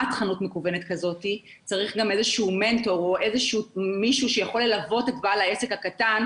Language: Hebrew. והפעימה הרביעית ניתנת אחרי חודשיים שהוא משתלב בעבודה בתחום.